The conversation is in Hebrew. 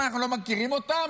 מה, אנחנו לא מכירים אותם?